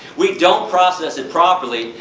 we don't process it properly.